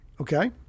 Okay